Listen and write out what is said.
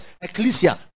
ecclesia